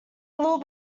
little